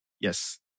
Yes